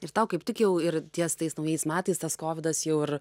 ir tau kaip tik jau ir ties tais naujais metais tas kovidas jau ir